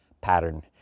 pattern